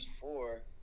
four